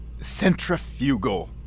Centrifugal